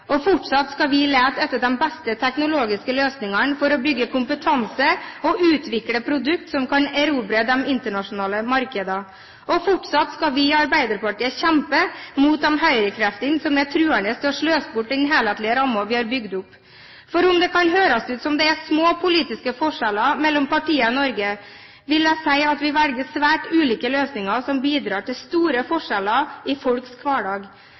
Fortsatt skal vi lete etter de beste teknologiske løsningene for å bygge kompetanse og utvikle produkter som kan erobre de internasjonale markedene. Fortsatt skal vi i Arbeiderpartiet kjempe mot de høyrekreftene som er troende til å sløse bort den helhetlige rammen vi har bygd opp. Om det kan høres ut som om det er små politiske forskjeller mellom partiene i Norge, vil jeg si at vi velger svært ulike løsninger, som bidrar til store forskjeller i folks hverdag.